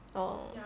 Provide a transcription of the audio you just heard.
orh